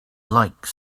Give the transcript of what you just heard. like